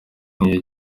iya